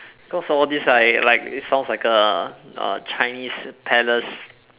cause of all these like like it sounds like a uh chinese palace